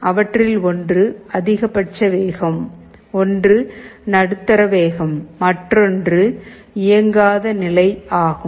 அவற்றில் ஒன்று அதிகபட்ச வேகம் ஒன்று நடுத்தர வேகம் மற்றும் மற்றொன்று இயங்காத நிலை ஆகும்